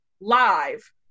live